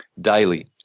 daily